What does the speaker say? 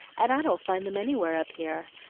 and i don't find them anywhere up here.